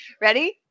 Ready